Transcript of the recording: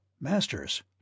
Masters